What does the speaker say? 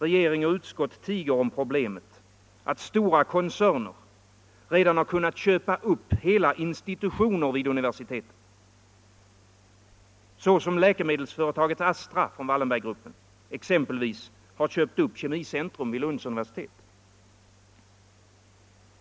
Regering och utskott tiger om problemet att stora koncerner redan har kunnat köpa upp hela institutioner vid universiteten, såsom läkemedelsföretaget Astra från Wallenberggruppen exempelvis har köpt upp kemicentrum vid Lunds universitet.